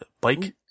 Bike